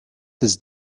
this